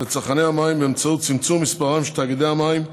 לצרכני המים באמצעות צמצום מספרם של תאגידי המים,